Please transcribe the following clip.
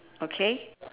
okay